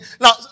now